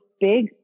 big